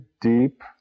deep